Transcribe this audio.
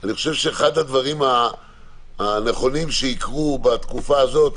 אני חושב שאחד הדברים הנכונים שיקרו בתקופה הזאת,